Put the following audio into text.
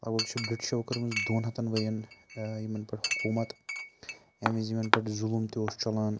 اَؤے چھِ برٛٹِشو کٔرمٕژ دۄن ہَتَن ؤرۍ ین ٲں یِمن پٮ۪ٹھ حکوٗمَت یمہِ وِزۍ یِمن پٮ۪ٹھ ظلم تہِ اوس چلان